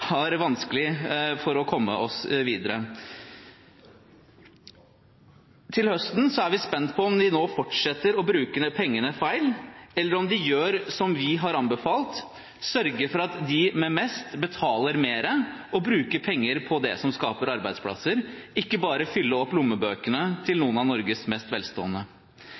vanskelig for å komme oss videre. Til høsten er vi spent på om de fortsetter å bruke pengene feil, eller om de gjør som vi har anbefalt: sørger for at de med mest betaler mer, og bruker penger på det som skaper arbeidsplasser, ikke bare fyller opp lommebøkene til noen av Norges mest velstående.